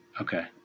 Okay